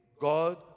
God